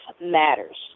matters